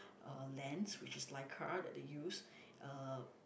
uh lens which is Leica that they use uh